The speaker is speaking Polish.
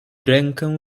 rękę